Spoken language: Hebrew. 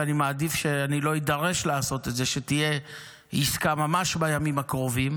ואני מעדיף שאני לא אידרש לעשות את זה ושתהיה עסקה ממש בימים הקרובים,